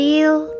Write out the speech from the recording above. Feel